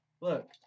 look